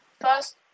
First